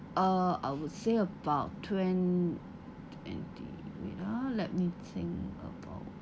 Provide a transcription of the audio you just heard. uh I would say about twen~ twenty wait ah let me think about